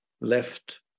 left